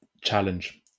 challenge